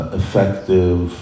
effective